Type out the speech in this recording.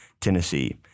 Tennessee